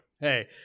Hey